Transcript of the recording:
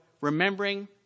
remembering